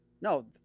No